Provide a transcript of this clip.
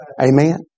Amen